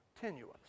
tenuous